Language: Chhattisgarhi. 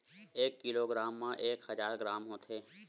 एक किलोग्राम मा एक हजार ग्राम होथे